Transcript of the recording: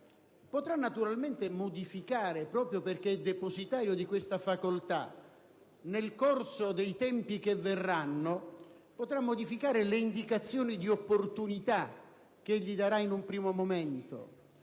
-potrà naturalmente modificare (proprio perché è depositario di questa facoltà), nel corso dei tempi che verranno, le indicazioni di opportunità che darà in un primo momento,